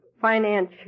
finance